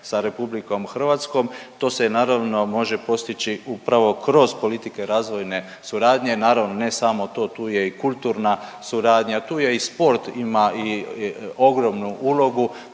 za suradnju sa RH. To se naravno može postići upravo kroz politike razvojne suradnje, naravno ne samo to, tu je i kulturna suradnja, tu je i sport, ima i ogromnu ulogu,